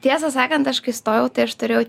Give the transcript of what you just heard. tiesa sakant aš kai stojau tai aš turėjau